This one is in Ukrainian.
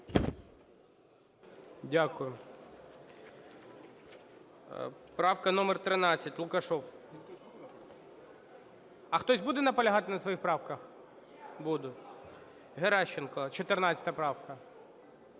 Дякую. Правка номер 13, Лукашев. А хтось буде наполягати на своїх правках? Будуть. Геращенко, 14 правка.